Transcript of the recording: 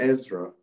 Ezra